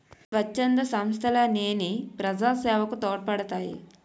స్వచ్ఛంద సంస్థలనేవి ప్రజాసేవకు తోడ్పడతాయి